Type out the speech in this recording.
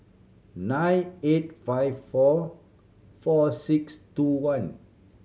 nine eight five four four six two one